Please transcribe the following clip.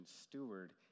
steward